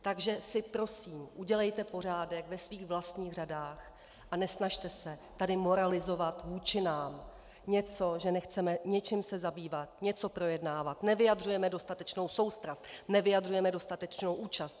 Takže si prosím udělejte pořádek ve svých vlastních řadách a nesnažte se tady moralizovat vůči nám něco, že nechceme něčím se zabývat, něco projednávat, nevyjadřujeme dostatečnou soustrast, nevyjadřujeme dostatečnou účast!